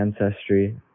ancestry